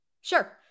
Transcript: Sure